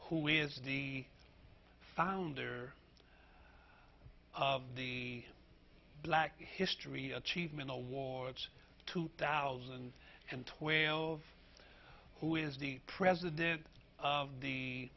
who is the founder of the black history achievement awards two thousand and twelve who is the president of the